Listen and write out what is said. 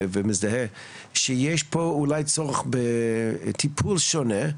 שיש פה אולי צורך בטיפול שונה.